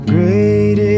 Great